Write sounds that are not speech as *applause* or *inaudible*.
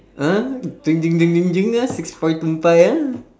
!huh! *noise* six five two five ah